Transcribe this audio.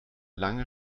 lange